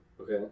Okay